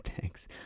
thanks